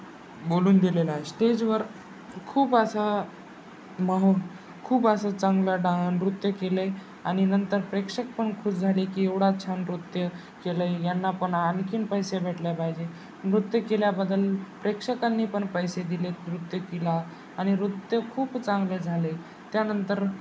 बोलून दिलेला आहे स्टेजवर खूप असा मह खूप असं चांगलं डा नृत्य केलं आहे आणि नंतर प्रेक्षक पण खूश झाले की एवढा छान नृत्य केलं यांना पण आणखीन पैसे भेटले पाहिजे नृत्य केल्याबद्दल प्रेक्षकांनी पण पैसे दिले नृत्य केला आणि नृत्य खूप चांगले झाले त्यानंतर